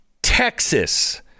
texas